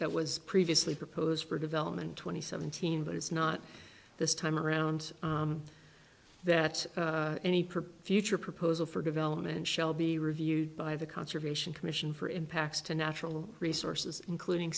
that was previously proposed for development twenty seventeen but it's not this time around that any purpose future proposal for development shall be reviewed by the conservation commission for impacts to natural resources including